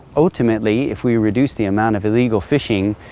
ultimately if we reduce the amount of illegal fishing,